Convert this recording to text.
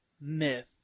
myth